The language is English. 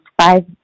five